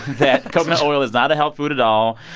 that coconut oil is not a health food at all.